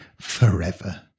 forever